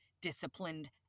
disciplined